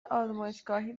آزمایشگاهی